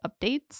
updates